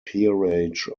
peerage